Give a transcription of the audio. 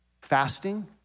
Fasting